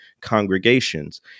congregations